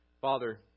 Father